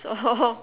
or